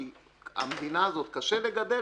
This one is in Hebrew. כי במדינה הזאת קשה לגדל,